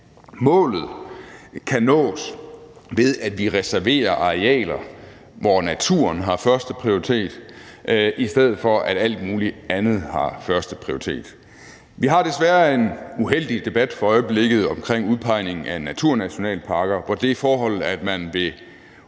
Målet kan nås, ved at vi reserverer arealer, hvor naturen har førsteprioritet, i stedet for at alt muligt andet har førsteprioritet. Vi har desværre en uheldig debat for øjeblikket om udpegning af naturnationalparker, hvor det forhold, at man vil